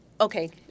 okay